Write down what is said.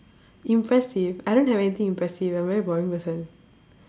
impressive I don't have anything impressive I'm a very boring person